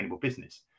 business